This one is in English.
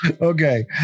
Okay